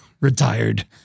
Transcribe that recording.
retired